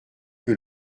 que